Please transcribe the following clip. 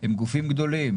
הם גופים גדולים.